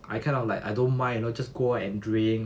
I kind of like I don't mind you know just go and drink